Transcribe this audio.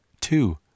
two